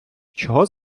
чого